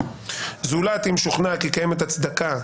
זולת אם שוכנע כי קיימת הצדקה